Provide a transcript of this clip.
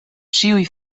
ĉiuj